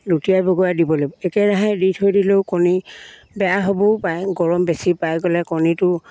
লুটিয়াই বগৰাই দিব লাগিব একেৰাহে দি থৈ দিলেও কণী বেয়া হ'বও পাৰে গৰম বেছি পাই গ'লে কণীটো